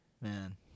man